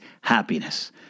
happiness